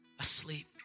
asleep